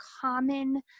common